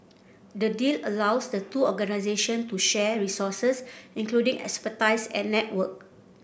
the deal allows the two organisation to share resources including expertise and network